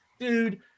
dude